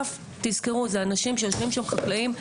תזכרו, מדובר בחקלאים,